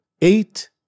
Eight